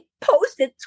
posted